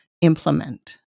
implement